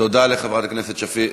תודה לחברת הכנסת שפיר.